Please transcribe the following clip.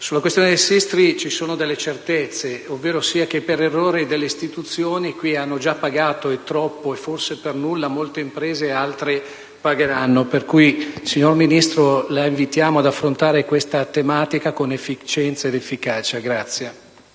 Sulla questione del SISTRI ci sono delle certezze: per errore delle istituzioni hanno già pagato troppo, e forse per nulla, molte imprese, ed altre pagheranno. Pertanto, signor Ministro, la invitiamo ad affrontare questa tematica con efficienza ed efficacia. [DE